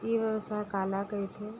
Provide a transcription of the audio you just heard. ई व्यवसाय काला कहिथे?